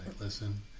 listen